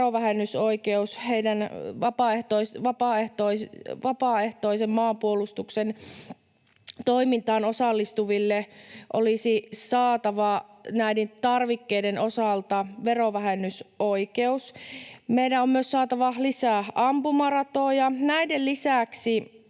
verovähen-nysoikeudella — vapaaehtoisen maanpuolustuksen toimintaan osallistuville olisi saatava näiden tarvikkeiden osalta verovähennysoikeus. Meidän on myös saatava lisää ampumaratoja. Näiden lisäksi